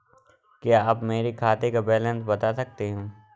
क्या आप मेरे खाते का बैलेंस बता सकते हैं?